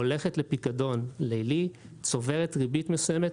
הולכת לפיקדון לילי וצוברת ריבית מסוימת.